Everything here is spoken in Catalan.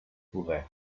poder